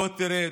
בוא, תרד.